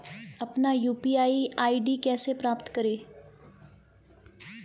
अपना UPI ID कैसे प्राप्त करें?